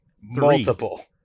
Multiple